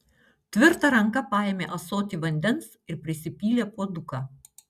tvirta ranka paėmė ąsotį vandens ir prisipylė puoduką